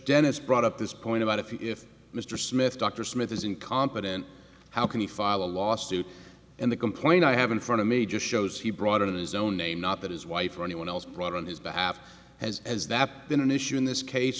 dennis brought up this point about if mr smith dr smith is incompetent how can he file a lawsuit and the complaint i have in front of me just shows he brought in his own name not that his wife or anyone else brought on his behalf has as that been an issue in this case